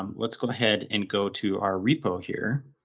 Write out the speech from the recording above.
um let's go ahead and go to our repo here